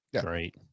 Great